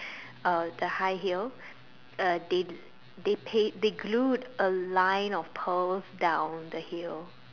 uh the high heel uh they they pa~ they glued a line of pearls down the heel